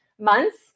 months